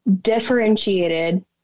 differentiated